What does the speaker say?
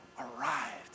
arrived